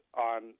on